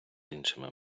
іншими